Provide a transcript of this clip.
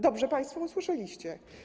Dobrze państwo usłyszeliście.